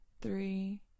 three